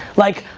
like,